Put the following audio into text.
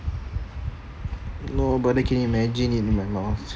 nobody can imagine in my mouth